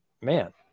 man